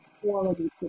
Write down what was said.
quality